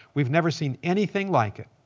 we've never seen anything like it.